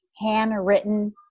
handwritten